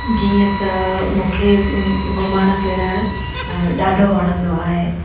जीअं त मूंखे घुमणु फिरणु ॾाढो वणंदो आहे